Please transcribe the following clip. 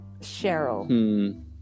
Cheryl